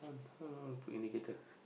how how you want to put indicator